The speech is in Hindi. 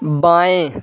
बाएँ